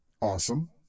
Awesome